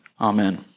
Amen